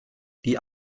die